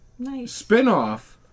spinoff